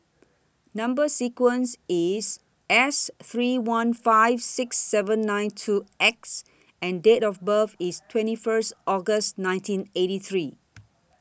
Number sequence IS S three one five six seven nine two X and Date of birth IS twenty First August nineteen eighty three